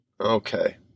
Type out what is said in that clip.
Okay